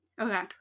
Okay